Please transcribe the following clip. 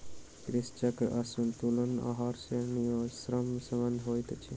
कृषि चक्र आसंतुलित आहार मे अन्योनाश्रय संबंध होइत छै